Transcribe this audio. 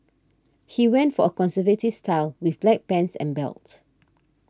he went for a conservative style with black pants and belt